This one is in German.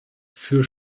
für